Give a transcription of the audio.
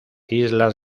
islas